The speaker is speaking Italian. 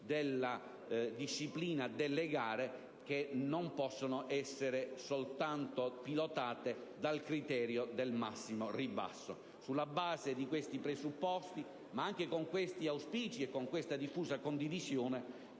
della disciplina delle gare, le quali non possono essere pilotate soltanto dal criterio del massimo ribasso. Sulla base di questi presupposti, ma anche con questi auspici e con questa diffusa condivisione,